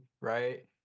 right